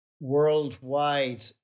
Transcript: worldwide